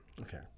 Okay